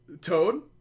toad